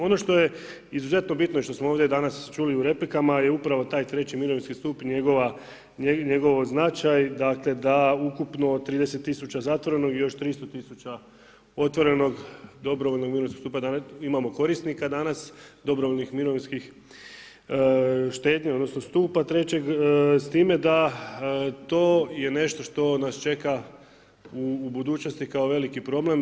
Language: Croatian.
Ono što je izuzetno bitno i što smo ovdje danas čuli u replikama je upravo taj treći mirovinski stup i njegov značaj da ukupno od 30.000 zatvorenog i još 300.000 otvorenog dobrovoljnog mirovinskog stupa da imamo korisnika danas, dobrovoljne mirovinske štednje odnosno stupa trećeg s time da to je nešto što nas čeka u budućnosti kao veliki problem.